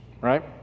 right